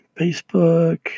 Facebook